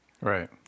Right